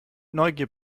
neugier